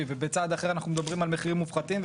ובצעד אחר אנחנו מדברים על מחירים מופחתים,